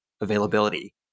availability